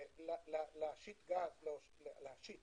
להזרים